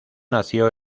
nació